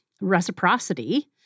reciprocity